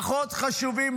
פחות חשובים,